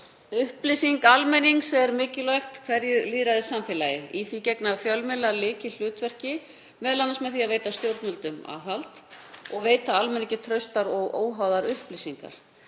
Upplýsing almennings er mikilvæg hverju lýðræðissamfélagi. Þar gegna fjölmiðlar lykilhlutverki, m.a. með því að veita stjórnvöldum aðhald og veita almenningi traustar og óháðar upplýsingar.